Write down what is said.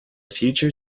future